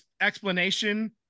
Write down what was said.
explanation